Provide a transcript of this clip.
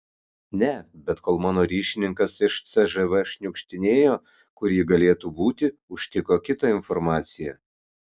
ne bet kol mano ryšininkas iš cžv šniukštinėjo kur ji galėtų būti užtiko kitą informaciją